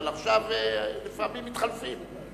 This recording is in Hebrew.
אבל לפעמים מתחלפים.